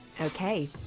Okay